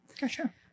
Gotcha